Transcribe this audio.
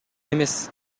эмес